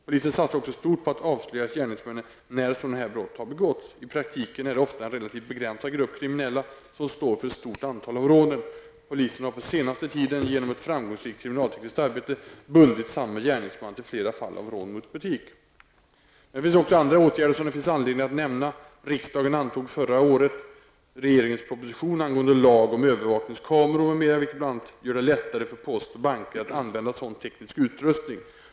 Polisen satsar också stort på att avslöja gärningsmännen när sådana här brott har begåtts. I praktiken är det ofta en relativt begränsad grupp kriminella som står för ett stort antal av rånen. Polisen har på senaste tiden genom ett framgångsrikt kriminaltekniskt arbete bundit samme gärningsman till flera fall av rån mot butik. Men det finns också andra åtgärder som det finns anledning att nämna. Riksdagen antog förra året regeringens proposition angående lag om övervakningskameror m.m. , vilken bl.a. gör det lättare för post och banker att använda sådan teknisk utrustning.